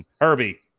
Herbie